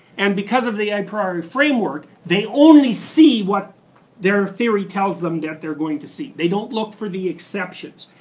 and because of the a priori framework, they only see what their theory tells them that they're going to see. they don't look for the exceptions,